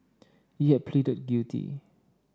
he had pleaded guilty